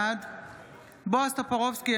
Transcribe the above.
בעד בועז טופורובסקי,